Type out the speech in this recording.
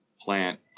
plant